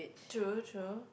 true true